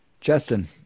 Justin